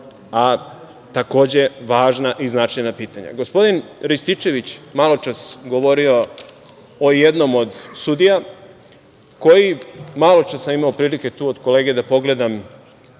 a takođe važna i značajna pitanja. Gospodin Rističević maločas je govorio o jednom od sudija koji, maločas sam imao prilike tu od kolege da pogledam,